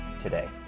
today